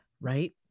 Right